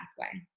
pathway